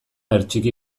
hertsiki